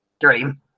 dream